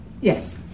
Yes